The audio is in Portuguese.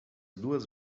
duas